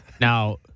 Now